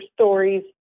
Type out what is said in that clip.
stories